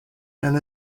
and